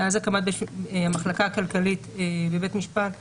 מאז הקמת המחלקה הכלכלית בבית משפט מחוזי,